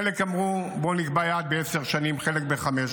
חלק אמרו: בואו נקבע יעד בעשר שנים, וחלק בחמש.